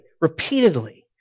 Repeatedly